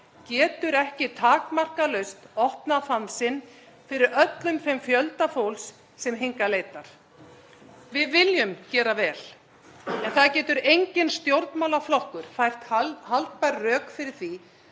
getur ekki takmarkalaust opna faðm sinn fyrir öllum þeim fjölda fólks sem hingað leitar. Við viljum gera vel en það getur enginn stjórnmálaflokkur fært haldbær rök fyrir því